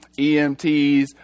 EMTs